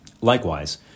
Likewise